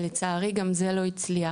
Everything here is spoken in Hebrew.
אבל לצערי גם זה לא הצליח.